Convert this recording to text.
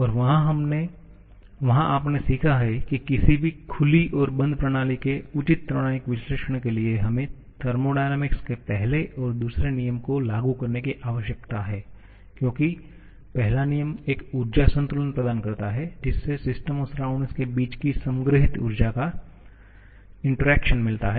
और वहाँ आपने सीखा है कि किसी भी खुली और बंध प्रणाली के उचित थर्मोडायनामिक विश्लेषण के लिए हमें थर्मोडायनामिक्स के पहले और दूसरे नियम को लागू करने की आवश्यकता है क्योंकि पहला नियम एक ऊर्जा संतुलन प्रदान करता है जिससे सिस्टम और सराउंडिंग के बीच की संग्रहीत ऊर्जा का इंटरैक्शन मिलता है